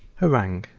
harangue,